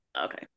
okay